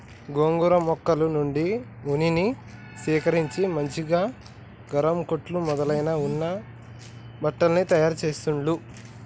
గొర్రెలు మేకల నుండి ఉన్నిని సేకరించి మంచిగా గరం కోట్లు మొదలైన ఉన్ని బట్టల్ని తయారు చెస్తాండ్లు